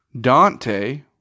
Dante